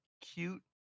cute